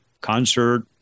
concert